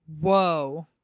Whoa